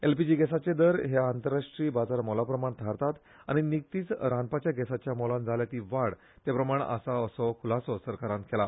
एलपीजी गॅसाचे दर हे आंतरराष्ट्रीय बाजार मोला प्रमाण थारतात आनी निकतीच रांदपाच्या गॅसाच्या मोलांत जाल्या ती वाड ते प्रमाण आसा असो खुलासो सरकारान केला